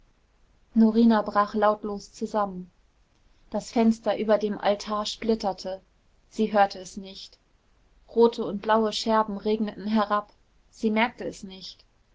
norina brach lautlos zusammen das fenster über dem altar splitterte sie hörte es nicht rote und blaue scherben regneten herab sie merkte es nicht